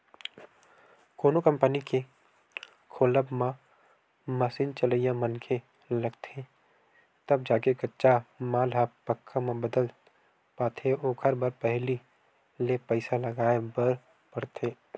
कोनो कंपनी के खोलब म मसीन चलइया मनखे लगथे तब जाके कच्चा माल ह पक्का म बदल पाथे ओखर बर पहिली ले पइसा लगाय बर परथे